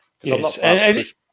Yes